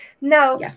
Now